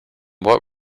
what